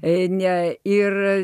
eini ir